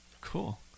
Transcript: Cool